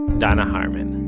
danna harman